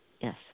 yes